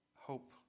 Hope